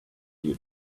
you